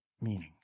meanings